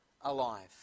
alive